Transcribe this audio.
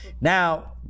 now